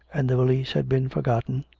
and the valise had been forgotten,